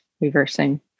reversing